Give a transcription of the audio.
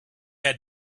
had